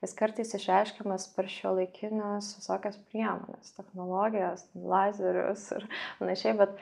jis kartais išreiškiamas per šiuolaikines visokias priemones technologijas lazerius ir panašiai bet